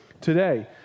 today